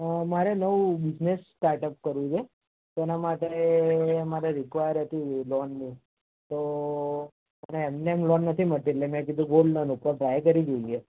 અ મારે નવું business startup કરવું છે તો એના માટે મારે રીકવાયર હતી લોનની તો મને એમનેમ લોન નથી મળતી એટલે મેં કીધું કે ગોલ્ડ લોન ઉપર ટ્રાય કરી જોઈએ